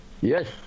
Yes